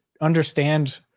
understand